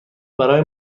برای